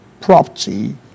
property